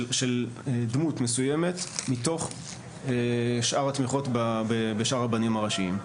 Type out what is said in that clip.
דמות מסוימת מתוך שאר התמיכות בשאר הרבנים הראשיים.